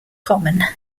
common